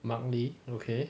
mark lee okay